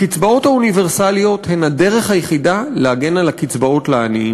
הקצבאות האוניברסליות הן הדרך היחידה להגן על הקצבאות לעניים.